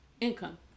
income